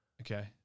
Okay